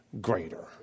greater